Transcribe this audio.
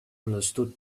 understood